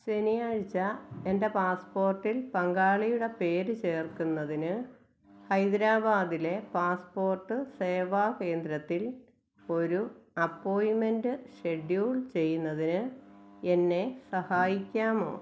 ശനിയാഴ്ച്ച എന്റെ പാസ്പ്പോർട്ടിൽ പങ്കാളിയുടെ പേര് ചേർക്കുന്നതിന് ഹൈദരാബാദിലെ പാസ്പ്പോർട്ട് സേവാ കേന്ദ്രത്തിൽ ഒരു അപ്പോയിൻറ്മെൻറ് ഷെഡ്യൂൾ ചെയ്യുന്നതിന് എന്നെ സഹായിക്കാമോ